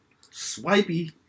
Swipey